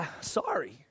sorry